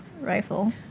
rifle